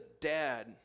dad